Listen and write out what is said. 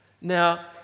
Now